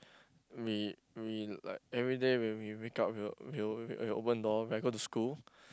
we we like everyday when we wake up we will we will we will open the door when I go to school